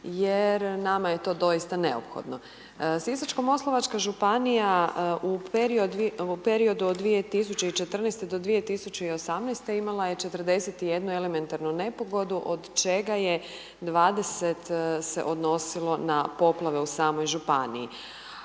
jer nama je to doista neophodno. Sisačko-moslavačka županija u periodu od 2014.-2018. imala je 41 elementarnu nepogodu, od čega je 20 se odnosilo na poplave u samoj županiji.